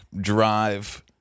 drive